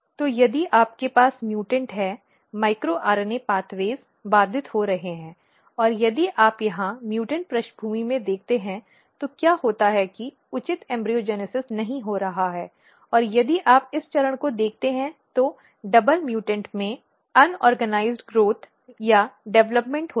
तो यदि आपके पास म्यूटेंट है माइक्रो आरएनए मार्ग बाधित हो रहे हैं और यदि आप यहां म्यूटेंट पृष्ठभूमि में देखते हैं तो क्या होता है कि उचित भ्रूणजनन नहीं हो रहा है और यदि आप इस चरण को देखते हैं तो डबल म्युटेंट में असंगठित वृद्धि या विकास होता है